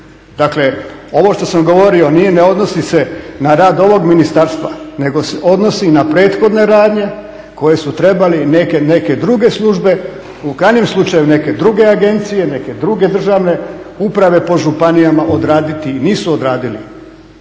Dakle ovo što sam govorio ne odnosi se na rad ovog ministarstva nego se odnosi na prethodne radnje koje su trebali i neke druge službe, u krajnjem slučaju neke druge agencije, neke druge državne uprave po županijama odraditi i nisu odradili.